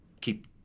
keep